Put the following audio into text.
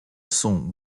sont